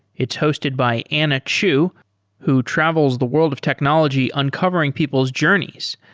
it's hosted by anna chu who travels the world of technology uncovering people's journeys,